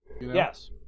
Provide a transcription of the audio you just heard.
Yes